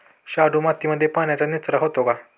शाडू मातीमध्ये पाण्याचा निचरा होतो का?